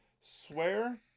swear